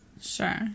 Sure